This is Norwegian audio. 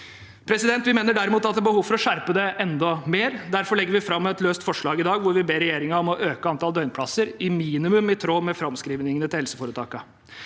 fortsatt. Vi mener også at det er behov for å skjerpe det enda mer. Derfor legger vi fram et løst forslag i dag hvor vi ber regjeringen om å øke antallet døgnplasser minimum i tråd med framskrivningene til helseforetakene.